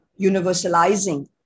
universalizing